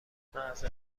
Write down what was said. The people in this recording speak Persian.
معظرت